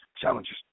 challenges